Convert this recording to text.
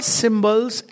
symbols